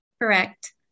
Correct